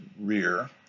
rear